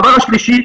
הדבר השלישי,